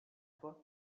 for